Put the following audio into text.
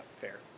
fair